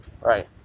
Right